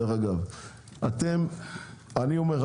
אני אומר,